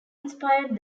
inspired